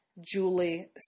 Julie